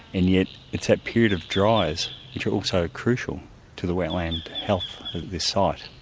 and yet it's that period of dries which are also crucial to the wetland health of this site,